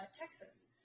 Texas